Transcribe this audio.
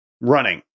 running